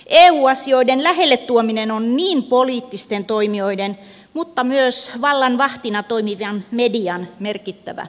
eu asioiden lähelle tuominen on poliittisten toimijoiden mutta myös vallan vahtina toimivan median merkittävä haaste